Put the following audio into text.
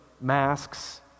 masks